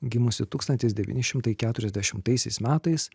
gimusi tūkstantis devyni šimtai keturiasdešimaisiais metais